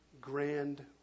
grand